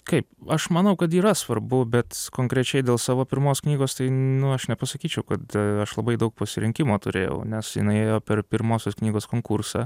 kaip aš manau kad yra svarbu bet konkrečiai dėl savo pirmos knygos tai nu aš nepasakyčiau kad aš labai daug pasirinkimo turėjau nes jinai ėjo per pirmosios knygos konkursą